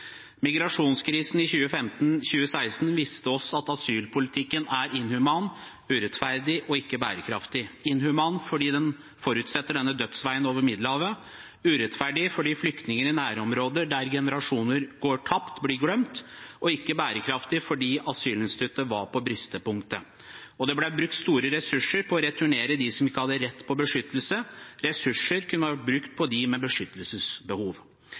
Migrasjonskrisen i 2015/2016 viste oss at asylpolitikken er inhuman, urettferdig og ikke bærekraftig – inhuman fordi den forutsetter denne dødsveien over Middelhavet, urettferdig fordi flyktninger i nærområder der generasjoner går tapt, blir glemt, og ikke bærekraftig fordi asylinstituttet er på bristepunktet. Det ble brukt store ressurser på å returnere dem som ikke hadde rett på beskyttelse, ressurser som kunne vært brukt på dem med beskyttelsesbehov.